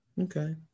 Okay